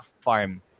farm